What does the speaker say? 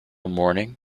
morning